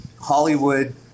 Hollywood